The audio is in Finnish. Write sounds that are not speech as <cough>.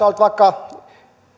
<unintelligible> olet vaikka